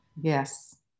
Yes